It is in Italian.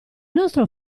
nostro